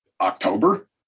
October